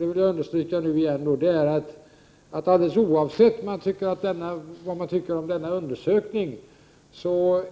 Jag vill poängtera — jag understryker det nu igen — att det, alldeles oavsett vad man tycker om den undersökningen,